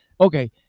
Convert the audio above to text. Okay